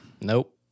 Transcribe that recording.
Nope